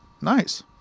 Nice